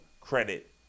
credit